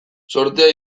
zortea